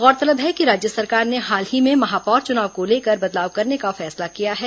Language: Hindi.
गौरतलब है कि राज्य सरकार ने हाल ही में महापौर चुनाव को लेकर बदलाव करने का फैसला किया है